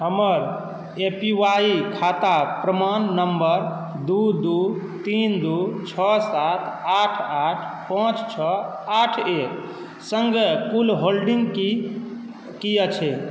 हमर A P Y खाता प्रमाण नम्बर दुइ दुइ तीन दुइ छओ सात आठ आठ पाँच छओ आठ एकसङ्गे कुल होल्डिङ्ग की अछि